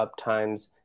uptimes